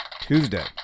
Tuesday